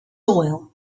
oil